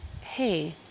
hey